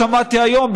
שמעתי היום,